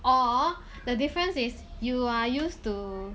or the difference is you are used to